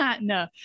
No